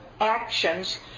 actions